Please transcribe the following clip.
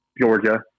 Georgia